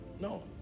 No